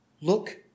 look